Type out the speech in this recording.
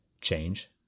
change